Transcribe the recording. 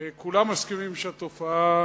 כולם מסכימים שהתופעה,